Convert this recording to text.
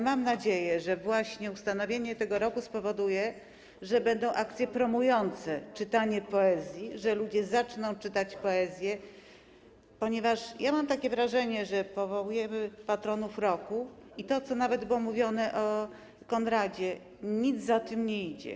Mam nadzieję, że właśnie ustanowienie tego roku spowoduje, że będą akcje promujące czytanie poezji, że ludzie zaczną czytać poezję, ponieważ mam takie wrażenie, że powołujemy patronów roku, ale, co nawet było mówione o Conradzie, nic za tym nie idzie.